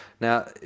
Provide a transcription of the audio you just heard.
Now